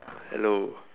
hello